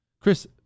Chris